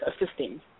assisting